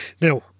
now